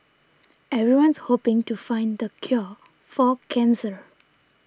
everyone's hoping to find the cure for cancer